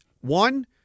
One